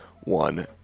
one